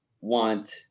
want